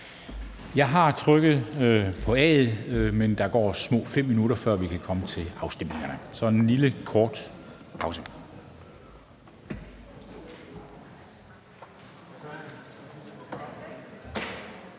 Jeg har trykket på A'et, men der går små fem minutter, før vi kan komme til afstemningerne. Der bliver en lille kort pause.